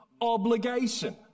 Obligation